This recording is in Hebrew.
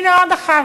הנה עוד אחת.